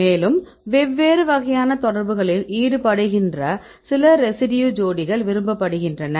மேலும் வெவ்வேறு வகையான தொடர்புகளில் ஈடுபடுகின்ற சில ரெசிடியூ ஜோடிகள் விரும்பப்படுகின்றன